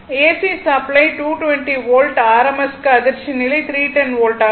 AC supply 220 volt RMS க்கு அதிர்ச்சி நிலை 310 வோல்ட் ஆக இருக்கும்